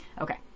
Okay